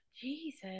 jesus